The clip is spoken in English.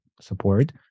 support